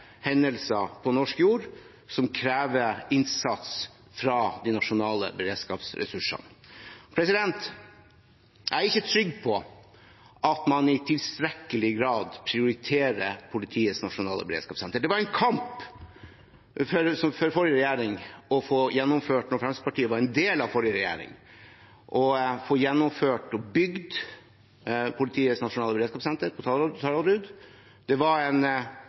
hendelser på norsk jord som krever innsats fra de nasjonale beredskapsressursene. Jeg er ikke trygg på at man i tilstrekkelig grad prioriterer Politiets nasjonale beredskapssenter. Det var en kamp for forrige regjering, da Fremskrittspartiet var en del av den regjeringen, å få gjennomført og bygd Politiets nasjonale beredskapssenter på Taraldrud. Det var en